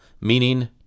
meaning